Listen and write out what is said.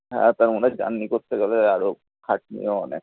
হ্যাঁ তা আমরা জার্নি করতে গেলে আরও খাটনিও অনেক